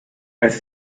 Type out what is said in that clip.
als